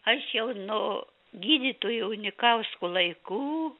aš jau nuo gydytojo unikausko laikų